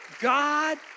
God